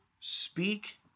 speak